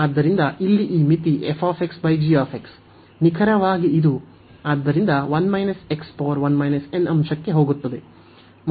ಆದ್ದರಿಂದ ಇಲ್ಲಿ ಈ ಮಿತಿ ನಿಖರವಾಗಿ ಇದು ಆದ್ದರಿಂದ ಅಂಶಕ್ಕೆ ಹೋಗುತ್ತದೆ ಮತ್ತು ಇದು ಇಲ್ಲಿ f ಆಗಿದೆ